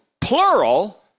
plural